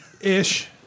Ish